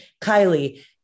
Kylie